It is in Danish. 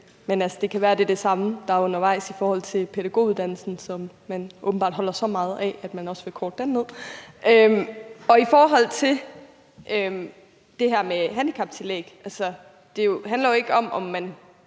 det kan være, det er det samme, der er undervejs i forhold til pædagoguddannelsen, som man åbenbart holder så meget af, at man også vil korte den ned. I forhold til det her med handicaptillæg handler det jo ikke om, om man